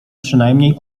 przynajmniej